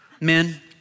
Men